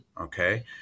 okay